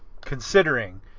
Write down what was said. considering